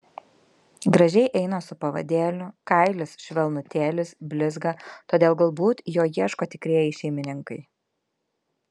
gražiai eina su pavadėliu kailis švelnutėlis blizga todėl galbūt jo ieško tikrieji šeimininkai